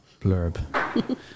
blurb